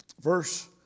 verse